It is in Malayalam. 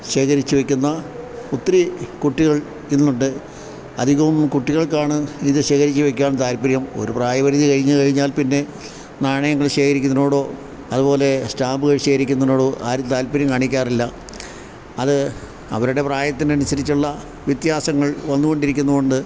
ശേഖരിച്ചുവയ്ക്കുന്ന ഒത്തിരി കുട്ടികൾ ഇന്നുണ്ട് അധികവും കുട്ടികൾക്കാണ് ഇതു ശേഖരിച്ചുവയ്ക്കാൻ താല്പര്യം ഒരു പ്രായപരിധി കഴിഞ്ഞുകഴിഞ്ഞാൽ പിന്നെ നാണയങ്ങൾ ശേഖരിക്കുന്നതിനോടോ അതുപോലെ സ്റ്റാമ്പുകൾ ശേഖരിക്കുന്നതിനോടോ ആരും താല്പര്യം കാണിക്കാറില്ല അത് അവരുടെ പ്രായത്തിനനുസരിച്ചുള്ള വ്യത്യാസങ്ങൾ വന്നുകൊണ്ടിരിക്കുന്നതുകൊണ്ട്